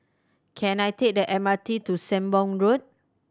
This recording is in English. can I take the M R T to Sembong Road